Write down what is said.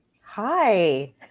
Hi